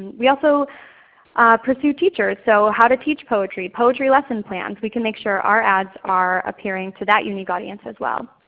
we also pursue teachers so how to teach poetry, poetry lesson plans. we can make sure our ads are appearing to that unique audience as well.